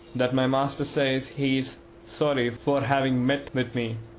that my master says he is sorry for having met with me.